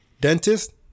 Dentist